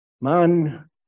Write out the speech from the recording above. man